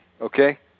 okay